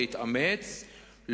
להתאמץ,